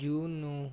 ਜੂਨ ਨੂੰ